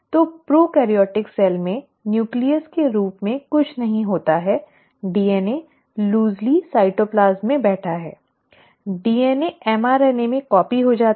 तो एक prokaryotic cell में नाभिक के रूप में कुछ नहीं होता है DNA शिथिलता से साइटोप्लाज्म में बैठा है DNA mRNA में कॉपी हो जाता है